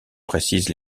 précise